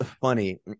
funny